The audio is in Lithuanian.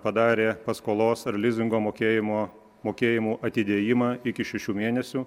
padarė paskolos ar lizingo mokėjimo mokėjimų atidėjimą iki šešių mėnesių